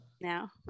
Now